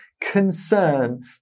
concern